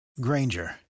Granger